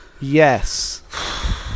yes